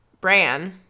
Bran